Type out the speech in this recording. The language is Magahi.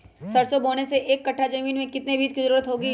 सरसो बोने के एक कट्ठा जमीन में कितने बीज की जरूरत होंगी?